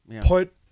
Put